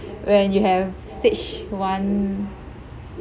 when you have stage one